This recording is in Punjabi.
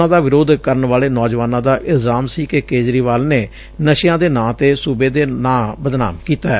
ਉਨ੍ਹਾਂ ਦਾ ਵਿਰੋਧ ਕਰਨ ਵਾਲੇ ਨੌਜੁਆਨਾਂ ਦਾ ਇਲਜ਼ਾਮ ਸੀ ਕਿ ਕੇਜਰੀਵਾਲ ਨੇ ਨਸ਼ਿਆਂ ਦੇ ਨਾਂ ਤੇ ਸੁਬੇ ਦਾ ਨਾਂ ਬਦਨਾਮ ਕੀਤੈ